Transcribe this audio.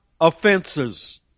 offenses